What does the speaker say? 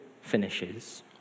finishes